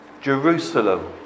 Jerusalem